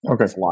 Okay